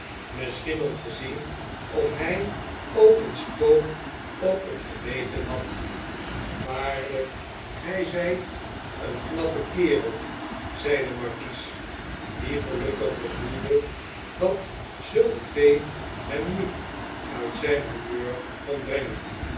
misschien om te zien of hij ook een spook op het geweten had waarljjk ge zh't een knappe kerel zei de markies die gelukkig gevoelde dat zulk vee hem niet uit zyn numeur kon brengen